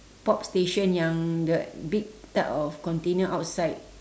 pop station yang the big type of container outside